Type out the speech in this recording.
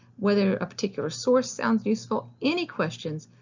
whether a particular source sounds useful, any questions,